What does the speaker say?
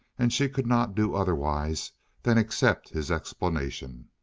and she could not do otherwise than accept his explanation.